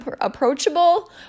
approachable